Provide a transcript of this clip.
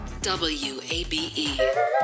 WABE